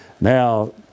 Now